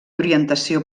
orientació